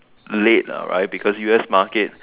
late lah right because U_S market